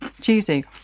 Cheesy